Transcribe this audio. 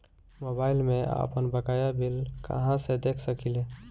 Mobile में आपनबकाया bill कहाँसे देख सकिले?